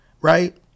right